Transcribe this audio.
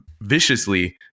viciously